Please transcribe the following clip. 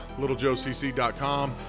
littlejoecc.com